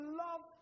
love